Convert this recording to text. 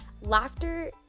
Laughter